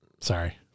sorry